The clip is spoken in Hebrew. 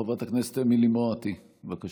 חברת הכנסת אמילי מואטי, בבקשה.